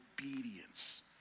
obedience